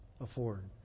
afford